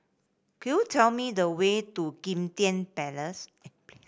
could you tell me the way to Kim Tian Place